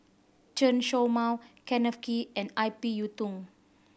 Chen Show Mao Kenneth Kee and I P Yiu Tung